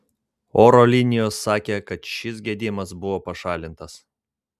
oro linijos sakė kad šis gedimas buvo pašalintas